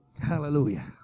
hallelujah